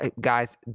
guys